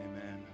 amen